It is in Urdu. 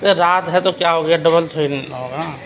ارے رات ہے تو کیا ہو گیا ڈبل تھوڑی نہ ہوگا